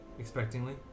Expectingly